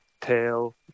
tail